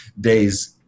days